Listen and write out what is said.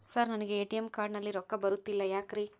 Sir ನನಗೆ ATM card ನಲ್ಲಿ ರೊಕ್ಕ ಬರತಿಲ್ಲ ಯಾಕ್ರೇ?